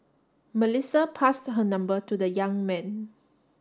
Melissa passed her number to the young man